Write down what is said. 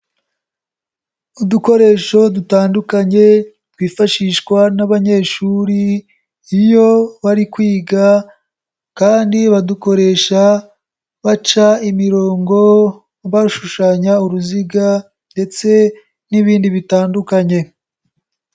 Udukoresho dutandukanye twifashishwa n'abanyeshuri iyo bari kwiga kandi badukoresha baca imirongo, bashushanya uruziga ndetse n'ibindi bitandukanye.